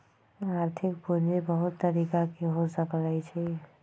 आर्थिक पूजी बहुत तरिका के हो सकइ छइ